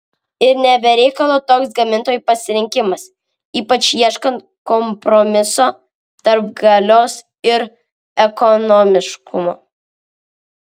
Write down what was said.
ir ne be reikalo toks gamintojų pasirinkimas ypač ieškant kompromiso tarp galios ir ekonomiškumo